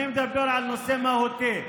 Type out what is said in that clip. אני מדבר על נושא מהותי.